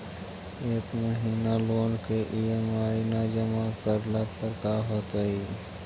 एक महिना लोन के ई.एम.आई न जमा करला पर का होतइ?